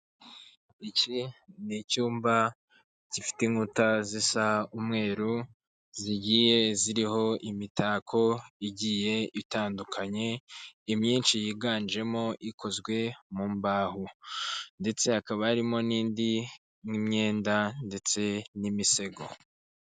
Iki ni icyumba gifite inkuta zisa umweru zigiye ziriho imitako igiye itandukanye, imyinshi yiganjemo ikozwe mu mbaho, ndetse hakaba harimo n'indi n'imyenda ndetse n'imisego.